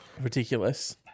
Ridiculous